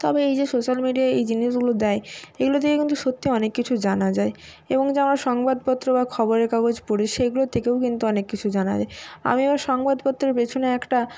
তবে এই যে সোশ্যাল মিডিয়ায় এই জিনিসগুলো দেয় এইগুলো দিয়ে কিন্তু সত্যি অনেক কিছু জানা যায় এবং যে আমরা সংবাদপত্র বা খবরের কাগজ পড়ি সেইগুলো থেকেও কিন্তু অনেক কিছু জানা যায় আমি আবার সংবাদপত্রের পেছনে একটা